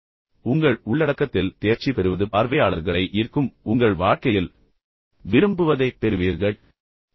எனவே உங்கள் உள்ளடக்கத்தில் தேர்ச்சி பெறுவது பார்வையாளர்களை ஈர்க்கும் உங்கள் வாழ்க்கையில் நீங்கள் விரும்புவதைப் பெறுவீர்கள் அந்த பயிற்சி செய்வது